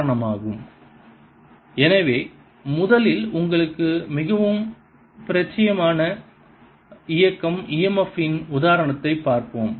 dS எனவே முதலில் உங்களுக்கு மிகவும் பரிச்சயமான இயக்கம் e m f இன் உதாரணத்தைப் பார்ப்போம்